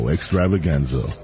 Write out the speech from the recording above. Extravaganza